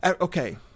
Okay